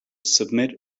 submit